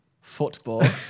football